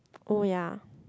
oh ya